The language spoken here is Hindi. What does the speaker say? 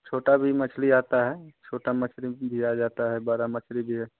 छोटा भी मछली आता है छोटा मछली भी आ जाता है बड़ा मछली भी है